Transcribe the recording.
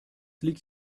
liegt